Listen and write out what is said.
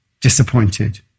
disappointed